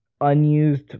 unused